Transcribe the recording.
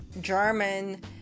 German